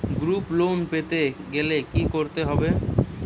Group loan পেতে গেলে কি করতে হবে?